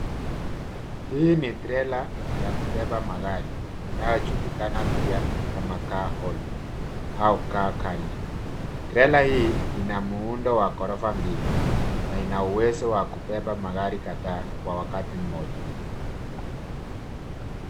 Hii ni trela ya kubeba magari inayojulikana pia kama carholder au carcarrier .Trela hii ina muundo wa ghorofa mbili na ina uwezo wa kubeba magari kadhaa kwa wakati mmoja.